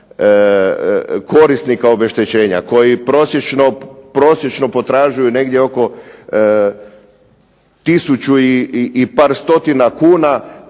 korisnika obeštećenja koji prosječno potražuju negdje oko tisuću i par stotina kuna,